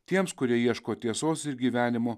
tiems kurie ieško tiesos ir gyvenimo